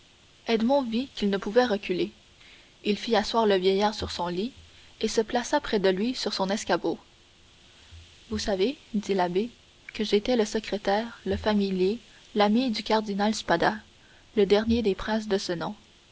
vit qu'il ne pouvait reculer il fit asseoir le vieillard sur son lit et se plaça près de lui sur son escabeau vous savez dit l'abbé que j'étais le secrétaire le familier l'ami du cardinal spada le dernier des princes de ce nom